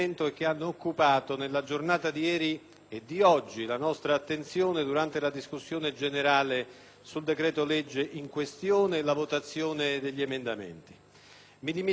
e di oggi, la nostra attenzione durante la discussione generale sul decreto-legge in questione e durante la votazione degli emendamenti. Mi limiterò soltanto a ribadire un concetto